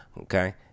Okay